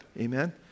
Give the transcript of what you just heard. amen